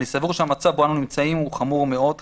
אני סבור שהמצב בו אנו נמצאים הוא חמור מאוד.